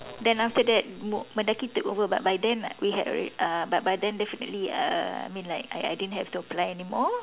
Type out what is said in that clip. then after that Mendaki took over but by time but by time definitely I didn't have apply it anymore